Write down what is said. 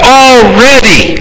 already